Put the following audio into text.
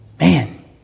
Man